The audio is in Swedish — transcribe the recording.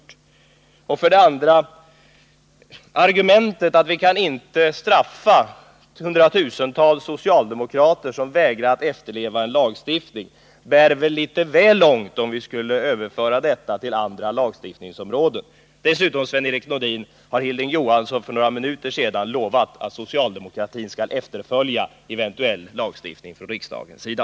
Ett annat argument som Sven-Erik Nordin anförde var att vi inte kan straffa hundratusentals socialdemokrater som vägrar att efterleva lagen. Det argumentet bär väl litet väl långt om vi skulle överföra det till andra lagstiftningsområden. Dessutom har Hilding Johansson för några minuter sedan lovat att socialdemokratin skall rätta sig efter eventuell lagstiftning från riksdagens sida.